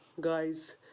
Guys